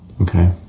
Okay